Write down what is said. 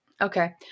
Okay